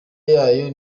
yayo